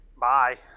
bye